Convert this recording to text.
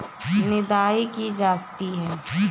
निदाई की जाती है?